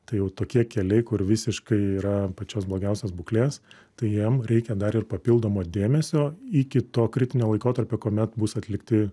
tai jau tokie keliai kur visiškai yra pačios blogiausios būklės tai jiem reikia dar ir papildomo dėmesio iki to kritinio laikotarpio kuomet bus atlikti